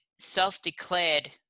self-declared